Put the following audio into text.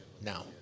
now